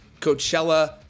Coachella